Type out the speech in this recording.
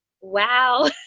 wow